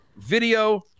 Video